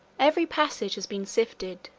every passage has been sifted,